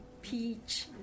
peach